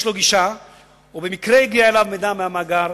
לו גישה ובמקרה הגיע אליו מידע מהמאגר,